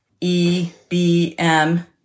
E-B-M